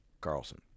Carlson